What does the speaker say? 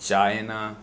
China